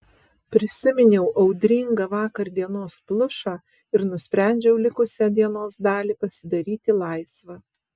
prisiminiau audringą vakardienos plušą ir nusprendžiau likusią dienos dalį pasidaryti laisvą